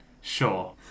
Sure